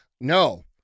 no